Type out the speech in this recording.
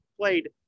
played